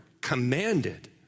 commanded